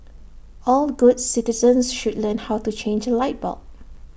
all good citizens should learn how to change A light bulb